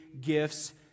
gifts